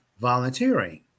volunteering